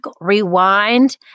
rewind